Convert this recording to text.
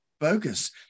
focus